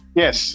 yes